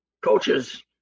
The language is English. coaches